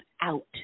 out